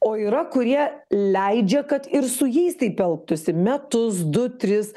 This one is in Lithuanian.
o yra kurie leidžia kad ir su jais taip elgtųsi metus du tris